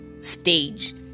stage